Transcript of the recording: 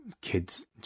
Kids